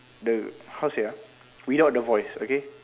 the how to say ah without the voice okay